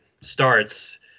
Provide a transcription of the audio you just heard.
starts